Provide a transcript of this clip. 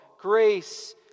Grace